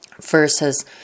versus